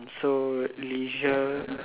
mm so leisure